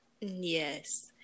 Yes